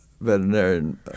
veterinarian